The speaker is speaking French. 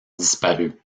disparu